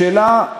השאלה,